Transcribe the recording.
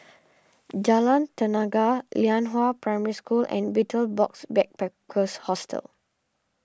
Jalan Tenaga Lianhua Primary School and Betel Box Backpackers Hostel